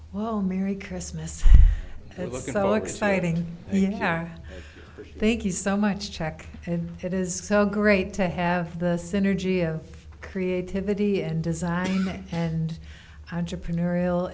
well merry christmas and look at how exciting and yeah thank you so much check and it is great to have the synergy of creativity and design and entrepreneurial